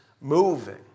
moving